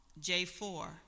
J4